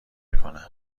میکنم